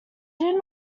did